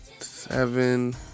seven